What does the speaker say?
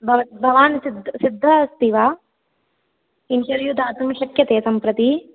भवत् भवान् सि सिद्धः अस्ति वा इण्टर्व्यू दातुं शक्यते सम्प्रति